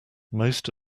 most